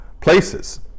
places